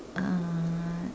uh